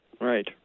Right